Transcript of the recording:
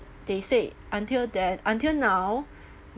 they said until then until now